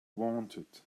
wanted